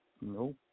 No